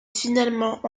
finalement